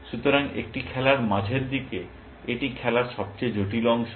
সুতরাং একটি খেলার মাঝের দিকে এটি খেলার সবচেয়ে জটিল অংশ